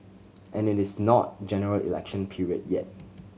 and it is not General Election period yet